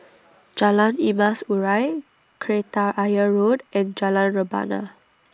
Jalan Emas Urai Kreta Ayer Road and Jalan Rebana